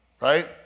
right